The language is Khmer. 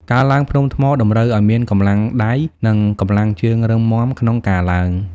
ការឡើងភ្នំថ្មតម្រូវឱ្យមានកម្លាំងដៃ និងកម្លាំងជើងរឹងមាំក្នុងការឡើង។